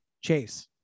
Chase